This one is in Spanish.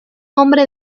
hombre